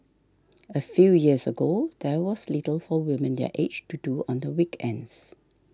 a few years ago there was little for women their age to do on the weekends